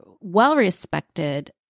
well-respected